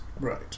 Right